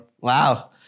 Wow